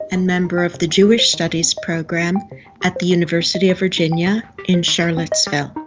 and member of the jewish studies program at the university of virginia in charlottesville.